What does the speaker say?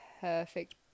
perfect